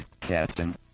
Captain